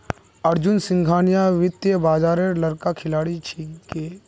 अर्जुन सिंघानिया वित्तीय बाजारेर बड़का खिलाड़ी छिके